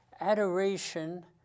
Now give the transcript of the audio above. adoration